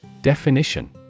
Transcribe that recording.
Definition